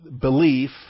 belief